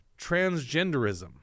transgenderism